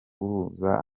uhuza